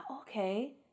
Okay